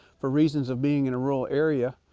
for reasons of being in a rural area,